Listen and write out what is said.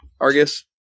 Argus